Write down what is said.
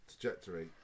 trajectory